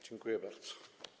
Dziękuję bardzo.